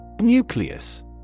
Nucleus